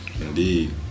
indeed